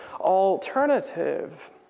alternative